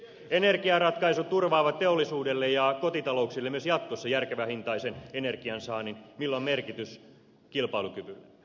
energiaratkaisut turvaavat teollisuudelle ja kotitalouksille myös jatkossa järkevähintaisen energiansaannin millä on merkitystä kilpailukyvyllemme